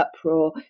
uproar